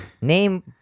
Name